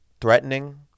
threatening